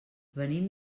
venim